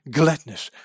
gladness